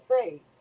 say